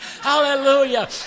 Hallelujah